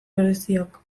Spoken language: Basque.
bereziak